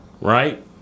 right